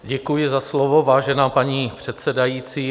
Děkuji za slovo, vážená paní předsedající.